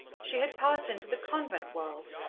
she had passed into the convent world,